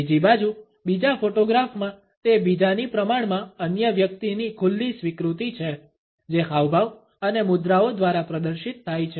બીજી બાજુ બીજા ફોટોગ્રાફમાં તે બીજાની પ્રમાણમાં અન્ય વ્યક્તિની ખુલ્લી સ્વીકૃતિ છે જે હાવભાવ અને મુદ્રાઓ દ્વારા પ્રદર્શિત થાય છે